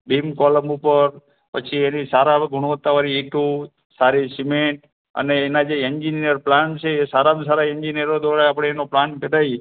beam column ઉપર પછી એની સારા ગુણવત્તાવાળી ઇંટો સારી સીમેન્ટ અને એના જે ઍન્જિનિયર પ્લાન છે એ સારામાં સારા ઍન્જિનિયરો દ્વારા આપણે એનો પ્લાન કઢાવી